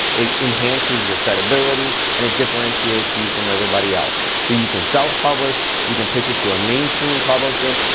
it enhances your credibility and it differentiates you from everybody else. so you can self-publish, you can pitch it to a mainstream publisher.